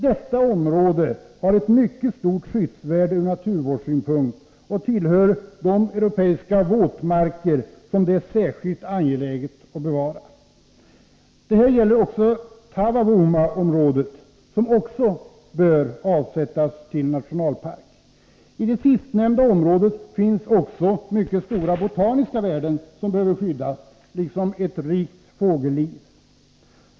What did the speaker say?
Detta område har ur naturvårdssynpunkt ett mycket stort skyddsvärde och tillhör de europeiska våtmarker som det är särskilt angeläget att bevara. Detsamma gäller beträffande Taavavuomaområdet, som också det bör avsättas till nationalpark. I det sistnämnda området finns mycket stora botaniska värden, som behöver skyddas, liksom ett rikt fågelliv.